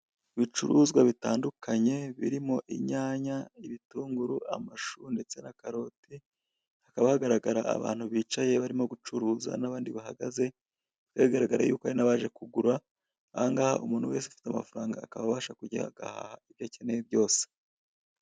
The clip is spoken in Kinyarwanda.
Isoko riciriritse ry'ibiribwa; iryo mu cyaro bita 'ubudara'. Muri iri soko harimo abantu bari gucuruza inyanya, amashusho, ibitunguru ndetse n'ibindi byinshi.